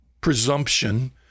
presumption